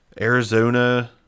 Arizona